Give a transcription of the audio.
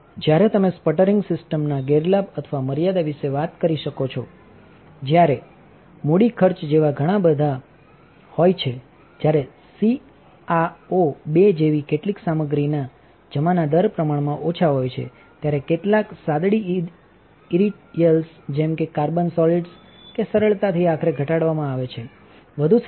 જ્યારે તમે સ્પટરિંગ સિસ્ટમના ગેરલાભ અથવા મર્યાદા વિશે વાત કરી શકો છો જ્યારે capitalંચામૂડી ખર્ચ જેવા ઘણાબધા હોય છે જ્યારેસીઆઓ 2 જેવીકેટલીકસામગ્રીના જમાનાદરપ્રમાણમાં ઓછા હોય છે ત્યારે કેટલાક સાદડીઇરીયલ્સ જેમ કે કાર્બનિક સોલિડ્સ સરળતાથી આખરે ઘટાડવામાં આવે છે વધુ સંભાવના